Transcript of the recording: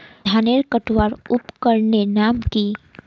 धानेर कटवार उपकरनेर नाम की?